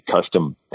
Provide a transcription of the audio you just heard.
custom